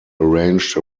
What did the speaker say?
arranged